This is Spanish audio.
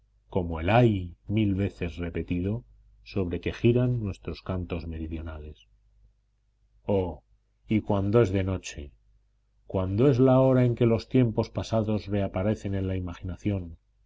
como el ay mil veces repetido sobre que giran nuestros cantos meridionales oh y cuando es de noche cuando es la hora en que los tiempos pasados reaparecen en la imaginación